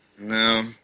No